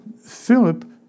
Philip